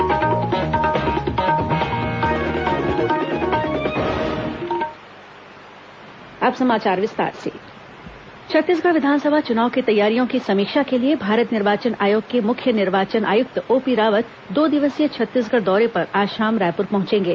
निर्वाचन आयुक्त आगमन छत्तीसगढ़ विधानसभा चुनाव की तैयारियों की समीक्षा के लिए भारत निर्वाचन आयोग के मुख्य निर्वाचन आयुक्त ओपी रावत दो दिवसीय छत्तीसगढ़ दौरे पर आज शाम रायपुर पहंचेंगे